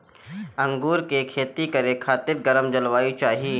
अंगूर के खेती करे खातिर गरम जलवायु चाही